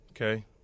Okay